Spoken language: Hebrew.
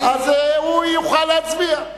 אז הוא יוכל להצביע.